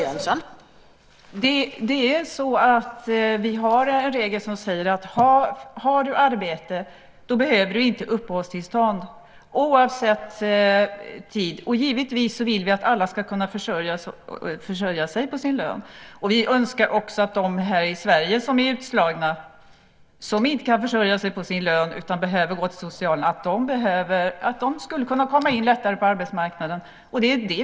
Fru talman! Vi har en regel som säger att om du har arbete behöver du inte uppehållstillstånd oavsett tid. Givetvis vill vi att alla ska kunna försörja sig på sin lön. Vi önskar också att de här i Sverige som är utslagna och som inte kan försörja sig utan behöver gå till socialen lättare skulle kunna komma in på arbetsmarknaden.